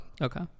Okay